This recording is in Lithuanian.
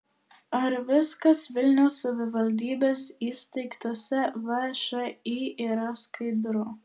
ar viskas vilniaus savivaldybės įsteigtose všį yra skaidru